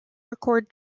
record